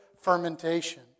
fermentation